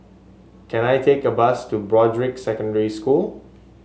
can I take a bus to Broadrick Secondary School